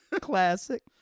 classic